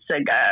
ago